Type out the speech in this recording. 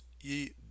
ye